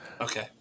Okay